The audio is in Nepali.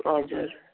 हजुर